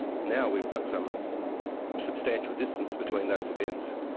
now we've got some substantial distance between those events,